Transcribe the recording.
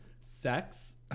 sex